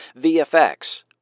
VFX